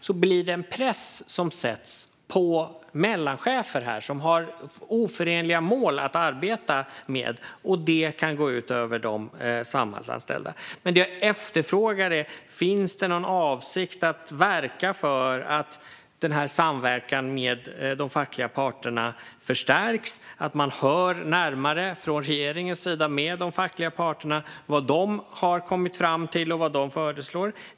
Då blir det en press som sätts på mellanchefer som har oförenliga mål att arbeta med, och det kan gå ut över de Samhallanställda. Det jag efterfrågar är: Finns det någon avsikt att verka för att samverkan med de fackliga parterna förstärks? Ska man höra närmare från regeringens sida med de fackliga parterna vad de har kommit fram till och vad de föreslår?